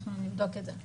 אנחנו נבדוק את זה.